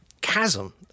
chasm